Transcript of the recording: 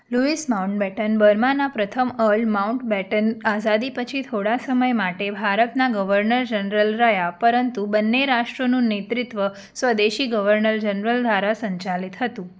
Louis Mountbatten બર્માના પ્રથમ earl Mountbatten આઝાદી પછી થોડાં સમય માટે ભારતના ગવર્નર જનરલ રહ્યા પરંતુ બંને રાષ્ટ્રોનું નેતૃત્વ સ્વદેશી ગવર્નર જનરલ દ્વારા સંચાલિત હતું